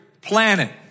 planet